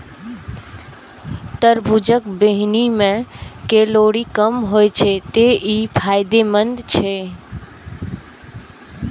तरबूजक बीहनि मे कैलोरी कम होइ छै, तें ई फायदेमंद छै